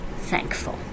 thankful